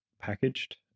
Packaged